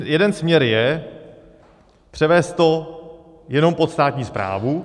Jeden směr je převést to jenom pod státní správu.